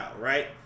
right